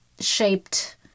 shaped